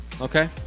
Okay